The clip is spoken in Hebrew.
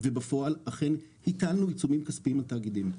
ובפועל אכן היטלנו עיצומים כספיים על תאגידים.